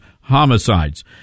homicides